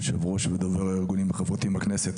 יושב-ראש הארגונים החברתיים הכנסת.